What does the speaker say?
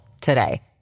today